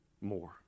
more